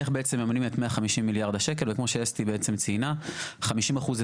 איך מממנים את ה-150 מיליארד השקל וכמו שאסתי ציינה 50% זה